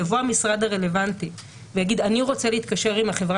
יבוא המשרד הרלוונטי ויגיד שהוא רוצה להתקשר עם החברה